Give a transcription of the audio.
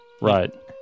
Right